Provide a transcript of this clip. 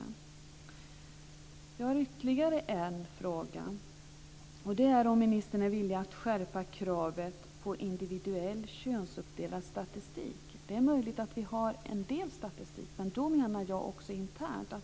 Sedan undrar jag om ministern är villig att skärpa kravet på individuell könsuppdelad statistik. Det är möjligt att vi har en del statistik men jag menar också internt.